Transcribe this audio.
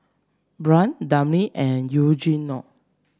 Brant Daphne and Eugenio